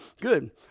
good